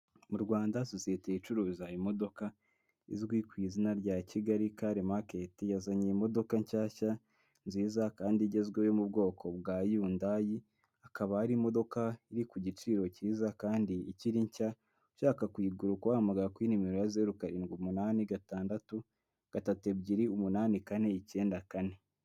Mu Rwanda sosiyete icuruza imodoka izwi ku izina rya Kigali rale maketi yazanye imodoka nshyashya nziza kandi igezweho mu bwoko bwa yundayi, akaba ari imodoka iri ku giciro cyiza kandi ikiri nshya. Ushaka kuyigura ukaba wahamagara kuri nimero ya zeru karindwi umunani, gatandatu gatatu ebyiri, umunani kane icyenda kane.